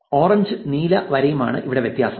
ഓറഞ്ചും നീല വരയുമാണ് ഇവിടെ വ്യത്യാസം